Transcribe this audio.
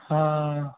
ਹਾਂ